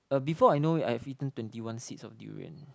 uh before I know it I've eaten twenty one seeds of durian